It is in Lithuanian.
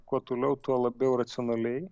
kuo toliau tuo labiau racionaliai